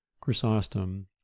chrysostom